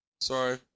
Sorry